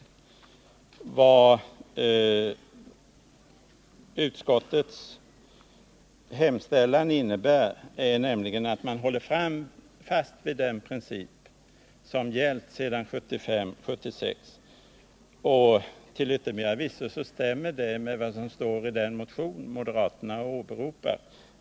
Men vad utskottets hemställan innebär är att man håller fast vid den princip som gällt sedan 1975/76. Till yttermera visso stämmer det med vad som står i den motion som moderaterna åberopat.